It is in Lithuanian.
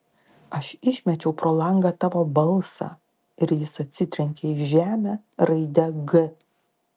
aš išmečiau pro langą tavo balsą ir jis atsitrenkė į žemę raide g